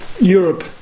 Europe